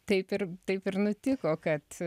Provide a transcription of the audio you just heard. taip ir taip ir nutiko kad